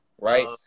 right